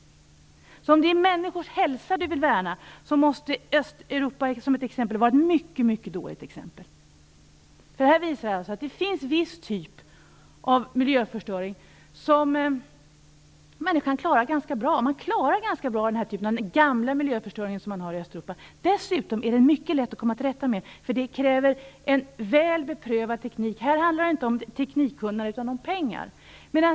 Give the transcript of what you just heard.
Om det är människors hälsa vi vill värna måste Östeuropa vara ett mycket dåligt exempel. Studier visar alltså att det finns viss typ av miljöförstöring som människan klarar ganska bra. Man klarar denna gamla typ av miljöförstöring som finns i Östeuropa ganska bra. Dessutom är den mycket lätt att komma till rätta med, för det kräver en väl beprövad teknik. Det handlar inte om teknikkunnande utan om pengar.